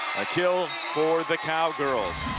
a kill for the cowgirls.